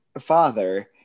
father